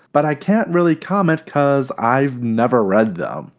but i can't really comment cause i've never read them.